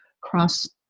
cross